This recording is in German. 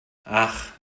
ach